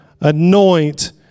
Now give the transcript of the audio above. anoint